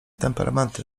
temperamenty